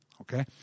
okay